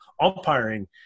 umpiring